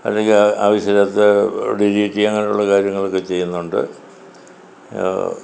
അല്ലെങ്കിൽ ആവശ്യം ഇല്ലാത്ത ഡിലീറ്റ് ചെയ്യും അങ്ങനെയുള്ള കാര്യങ്ങളൊക്കെ ചെയ്യുന്നുണ്ട്